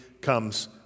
comes